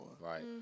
Right